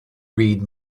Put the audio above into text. read